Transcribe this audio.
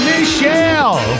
Michelle